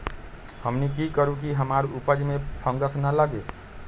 हमनी की करू की हमार उपज में फंगस ना लगे?